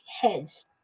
heads